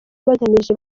bagamije